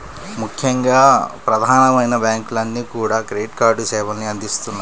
ముఖ్యంగా ప్రధానమైన బ్యాంకులన్నీ కూడా క్రెడిట్ కార్డు సేవల్ని అందిత్తన్నాయి